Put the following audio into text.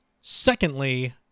Secondly